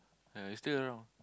uh we still don't know